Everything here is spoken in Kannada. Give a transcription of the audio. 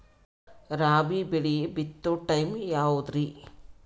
ರಾಬಿ ಬೆಳಿ ಬಿತ್ತೋ ಟೈಮ್ ಯಾವದ್ರಿ?